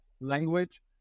language